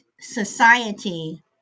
society